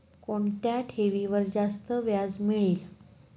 कोणत्या ठेवीवर जास्त व्याज मिळेल?